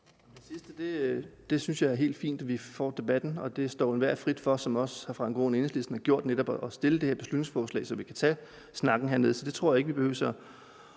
det sidste synes jeg, det er helt fint, at vi får debatten. Det står jo enhver frit for, som hr. Frank Aaen og Enhedslisten også har gjort, netop at fremsætte beslutningsforslag, så vi kan tage snakken hernede. Så det tror jeg ikke vi behøver at